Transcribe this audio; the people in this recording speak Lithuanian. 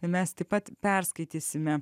mes taip pat perskaitysime